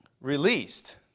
Released